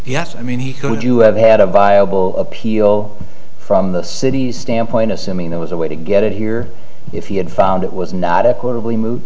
yes i mean he could you have had a buyable appeal from the city standpoint assuming there was a way to get it here if he had found it was not equitably mood